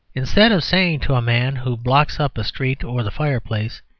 instead of saying to a man who blocks up a street or the fireplace,